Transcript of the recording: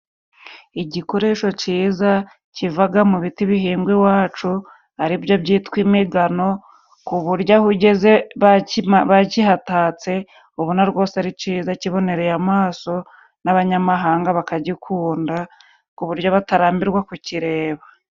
Igikoresho cyiza kiva mu biti bihingwa iwacu ari cyo cyitwa imigano, ku buryo aho ugeze bakihateretse, ubona rwose ari cyiza kibonereye, n'abanyamahanga bakagikunda ku buryo batarambirwa kukireba.